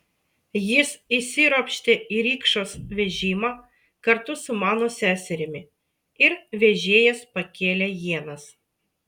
jis įsiropštė į rikšos vežimą kartu su mano seserimi ir vežėjas pakėlė ienas